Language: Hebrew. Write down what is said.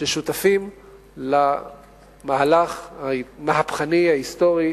ששותפים למהלך המהפכני, ההיסטורי